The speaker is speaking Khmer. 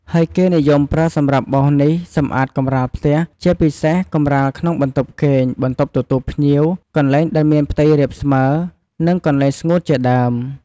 ហើយគេនិយមប្រើសម្រាប់បោសនេះសម្អាតកម្រាលផ្ទះ ជាពិសេសកម្រាលក្នុងបន្ទប់គេង បន្ទប់ទទួលភ្ញៀវ កន្លែងដែលមានផ្ទៃរាបស្មើ និងកន្លែងស្ងួតជាដើម។